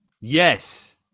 Yes